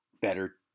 better